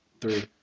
Three